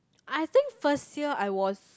I think first year I was